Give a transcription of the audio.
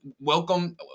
welcome